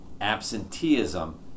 absenteeism